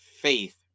faith